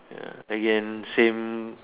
ya again same